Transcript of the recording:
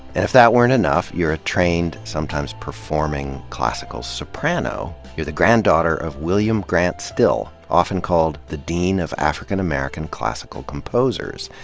and if that weren't enough, you're a trained, sometimes performing, classical soprano. you're the granddaughter of w illiam grant still, often called the dean of african american classical composers.